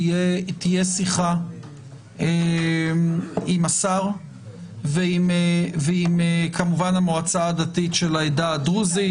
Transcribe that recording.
תהיה שיחה עם השר ועם המועצה הדתית של העדה הדרוזית.